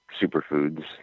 superfoods